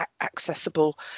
accessible